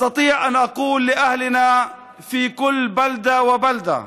אני יכול לומר לבני עמנו בכל יישוב ויישוב